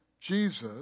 Jesus